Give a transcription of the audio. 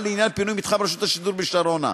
לעניין פינוי מתחם רשות השידור בשרונה.